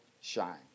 shine